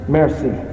mercy